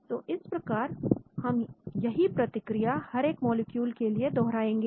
तो इस प्रकार हम यही प्रतिक्रिया हर एक मॉलिक्यूल के लिए दोहराएंगे